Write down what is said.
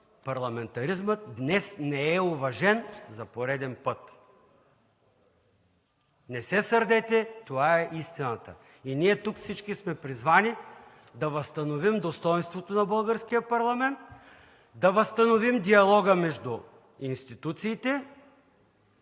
парламентаризмът днес не е уважен за пореден път. Не се сърдете, това е истината. Ние тук всички сме призвани да възстановим достойнството на българския парламент, да възстановим диалога между институциите,